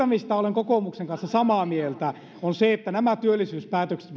mistä olen kokoomuksen kanssa samaa mieltä on se että nämä tehdyt työllisyyspäätökset